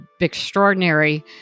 extraordinary